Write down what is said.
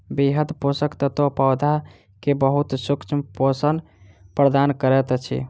वृहद पोषक तत्व पौधा के बहुत सूक्ष्म पोषण प्रदान करैत अछि